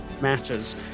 matters